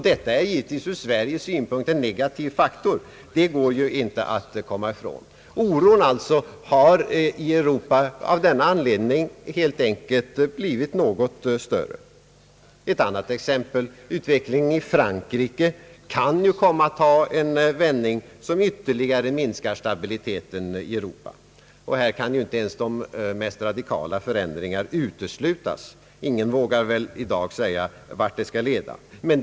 Detta är givetvis ur Sveriges synpunkter en negativ faktor. Det går inte att komma ifrån. Ett annat exempel: Utvecklingen i Frankrike kan ju komma att ta en vändning som ytterligare minskar stabiliteten i Europa. Här kan ju inte ens de mest radikala förändringar uteslutas. Ingen vågar väl i dag säga vart denna utveckling skall leda.